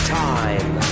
time